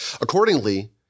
Accordingly